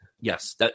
Yes